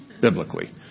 biblically